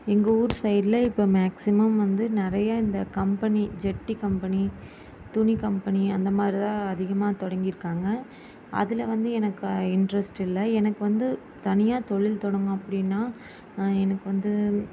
எங்கள் ஊர் சைடில் இப்போ மேக்சிமம் வந்து நிறைய இந்த கம்பெனி ஜட்டி கம்பெனி துணி கம்பெனி அந்த மாதிரிதான் அதிகமாக தொடங்கிருக்காங்கள் அதில் வந்து எனக்கு இன்ட்ரஸ்ட் இல்லை எனக்கு வந்து தனியாக தொழில் தொடங்கணும் அப்படினா எனக்கு வந்து